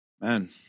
man